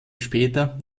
später